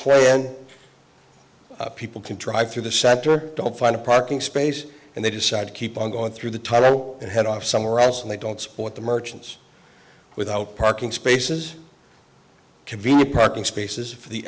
plan when people can drive through the center don't find a parking space and they decide to keep on going through the tunnel and head off somewhere else and they don't support the merchants without parking spaces can be parking spaces for the